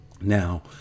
now